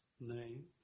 name